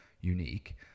unique